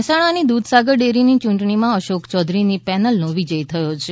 મહેસાણાની દૂધસાગર ડેરીની ચૂંટણીમાં અશોક ચૌધરીની પેલનનો વિજય થયો છે